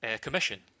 commission